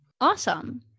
Awesome